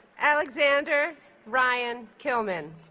alexander ryan kilman